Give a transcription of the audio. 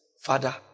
Father